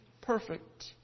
perfect